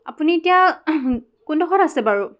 আপুনি এতিয়া কোনডোখৰত আছে বাৰু